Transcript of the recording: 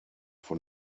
von